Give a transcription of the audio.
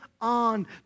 on